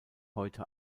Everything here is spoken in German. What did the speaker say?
heute